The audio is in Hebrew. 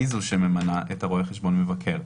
היא זו שממנה את רואה החשבון מבקר.